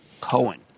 Cohen